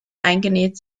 eingenäht